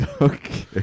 Okay